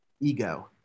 ego